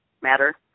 matter